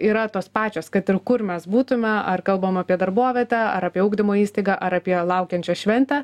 yra tos pačios kad ir kur mes būtume ar kalbam apie darbovietę ar apie ugdymo įstaigą ar apie laukiančią šventę